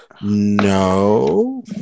No